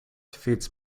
feeds